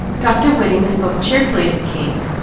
dr. whiting spoke cheerfully of the case,